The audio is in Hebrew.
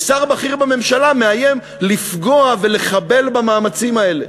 ושר בכיר בממשלה מאיים לפגוע ולחבל במאמצים האלה.